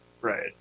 Right